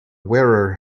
wearer